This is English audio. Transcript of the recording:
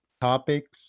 topics